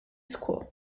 quo